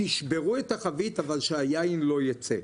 תשברו את החבית אבל שהיין לא יצא.